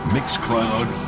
MixCloud